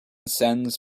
sends